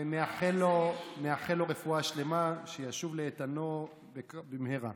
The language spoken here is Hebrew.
נאחל לו רפואה שלמה, שישוב לאיתנו במהרה.